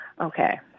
Okay